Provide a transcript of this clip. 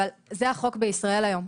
אבל זה החוק בישראל היום.